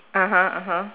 (uh huh) (uh huh)